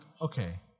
okay